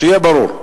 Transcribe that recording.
שיהיה ברור.